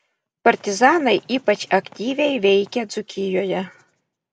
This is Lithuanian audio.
partizanai ypač aktyviai veikė dzūkijoje